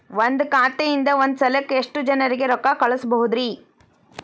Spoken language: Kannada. ಒಂದ್ ಖಾತೆಯಿಂದ, ಒಂದ್ ಸಲಕ್ಕ ಎಷ್ಟ ಜನರಿಗೆ ರೊಕ್ಕ ಕಳಸಬಹುದ್ರಿ?